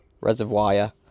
reservoir